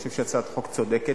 אני חושב שזו הצעת חוק צודקת,